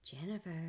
Jennifer